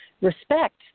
respect